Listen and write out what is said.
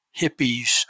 hippies